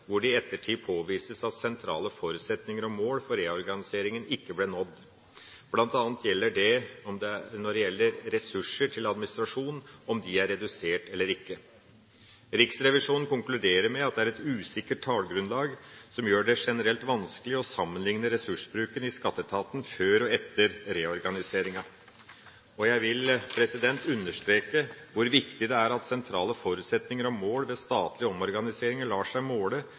hvor det i ettertid påvises at sentrale forutsetninger og mål for reorganiseringa ikke ble nådd, bl.a. når det gjelder ressurser til administrasjon, om de er redusert eller ikke. Riksrevisjonen konkluderer med at det er et usikkert tallgrunnlag som gjør det generelt vanskelig å sammenlikne ressursbruken i skatteetaten før og etter reorganiseringa. Jeg vil understreke hvor viktig det er at sentrale forutsetninger og mål ved statlige omorganiseringer lar seg